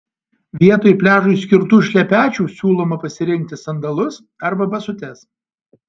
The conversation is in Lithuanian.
vietoj pliažui skirtų šlepečių siūloma pasirinkti sandalus arba basutes